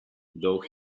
though